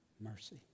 mercy